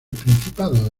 principado